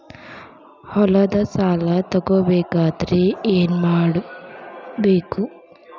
ಹೊಲದ ಸಾಲ ತಗೋಬೇಕಾದ್ರೆ ಏನ್ಮಾಡಬೇಕು?